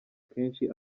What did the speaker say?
kenshi